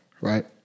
Right